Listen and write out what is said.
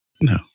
no